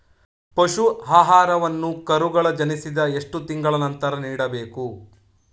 ಪಶು ಆಹಾರವನ್ನು ಕರುಗಳು ಜನಿಸಿದ ಎಷ್ಟು ತಿಂಗಳ ನಂತರ ನೀಡಬೇಕು?